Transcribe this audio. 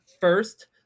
first